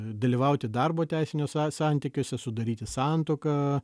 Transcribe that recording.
dalyvauti darbo teisiniuose santykiuose sudaryti santuoką